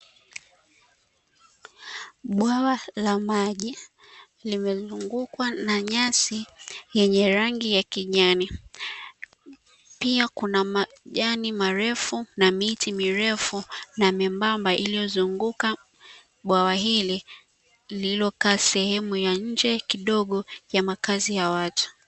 Bwawa la maji limezungukwa na nyasi yenye rangi ya kijani pia kuna majani marefu na miti mirefu na membamba, iliyozunguka bwawa hili lililokaa sehemu ya nje kidogo ya makazi ya watu.